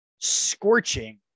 scorching